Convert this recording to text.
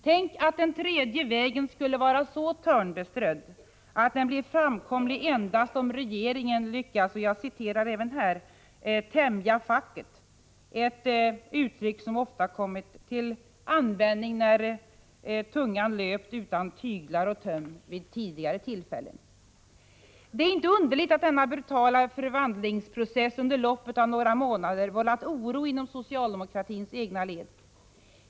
Tänk att den ”tredje vägen” skulle vara så törnbeströdd att den blir framkomlig endast om regeringen lyckas ”tämja facket”, för att använda ett uttryck som ofta kommit till användning när Olof Palmes tunga ”löpt utan tyglar och töm” vid tidigare tillfällen. Det är inte underligt att denna brutala förvandlingsprocess under loppet av några månader vållat oro inom socialdemokratins egna led.